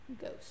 Ghost